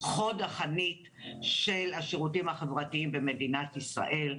חוד החנית של השירותים החברתיים במדינת ישראל.